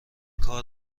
کار